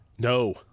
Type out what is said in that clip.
No